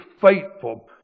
faithful